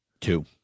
two